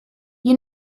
you